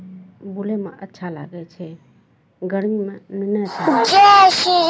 बुलयमे अच्छा लागै छै गरमीमे नहि अच्छा